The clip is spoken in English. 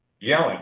yelling